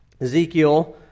Ezekiel